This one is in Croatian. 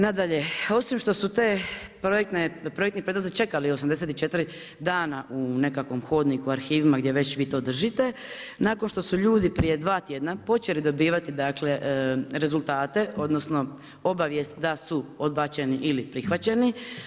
Nadalje, osim što su ti projektni prijedlozi čekali 84 dana u nekakvom hodniku, arhivima, gdje već vi to držite, nakon što su ljudi prije dva tjedna počeli dobivati dakle rezultate, odnosno obavijest da su odbačeni ili prihvaćeni.